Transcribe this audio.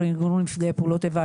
ארגון נפגעי פעולות איבה.